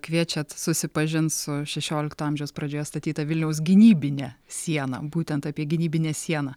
kviečiat susipažint su šešiolikto amžiaus pradžioje statyta vilniaus gynybine siena būtent apie gynybinę sieną